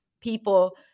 people